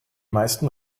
meisten